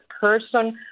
person